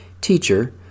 Teacher